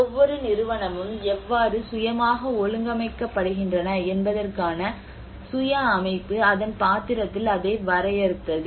ஒவ்வொரு நிறுவனமும் எவ்வாறு சுயமாக ஒழுங்கமைக்கப்படுகின்றன என்பதற்கான சுய அமைப்பு அதன் பாத்திரத்தில் அதை வரையறுத்தது